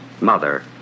mother